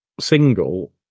Single